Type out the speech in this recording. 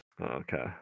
okay